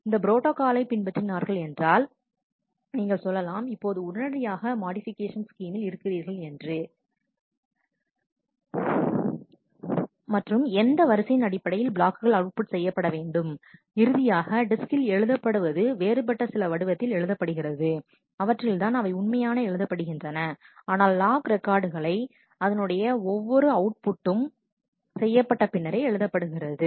இந்த ப்ரோட்டா காலை பின்பற்றினார்கள் என்றால் நீங்கள் சொல்லலாம் இப்போது உடனடியான மாடிஃபிகேஷன் ஸ்கிமில் இருக்கிறீர்கள் என்று மற்றும் எந்த வரிசையின் அடிப்படையில் பிளாக்குகள் அவுட்புட் செய்யப்பட வேண்டும் இறுதியாக டிஸ்க்கில் எழுதப்படுவது வேறுபட்ட சில வடிவத்தில் எழுதப்படுகிறது அவற்றில்தான் அவை உண்மையாக எழுதப்படுகின்றன ஆனால் லாக் ரெக்கார்டுகள் அதனுடைய ஒவ்வொரு அவுட் புட்டும் செய்யப்பட்ட பின்னரே எழுதப்படுகிறது